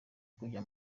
kujya